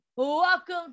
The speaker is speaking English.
Welcome